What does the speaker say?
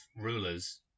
rulers